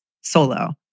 solo